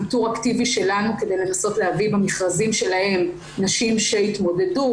איתור אקטיבי שלנו כדי לנסות להביא במכרזים שלהם נשים שיתמודדו,